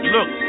Look